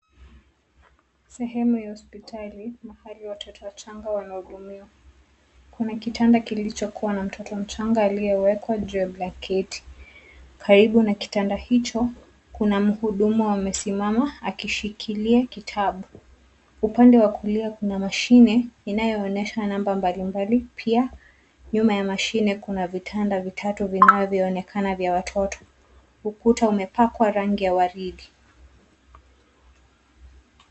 Sehemu ya hospitali mahali watoto wachanga wanahudumiwa. Kuna kitanda kilichokua na mtoto mchanga aliyewekwa juu ya blanketi. Karibu na kitanda hicho kuna mhudumu amesimama akishikilia kitabu. Upande wa kulia kuna mashine inayoonyesha namba mbali mbali, pia nyuma ya mashine kuna vitanda vitatu vinavyoonekana vya watoto. Ukuta umepakwa rangi ya waridi.